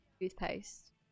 toothpaste